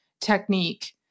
technique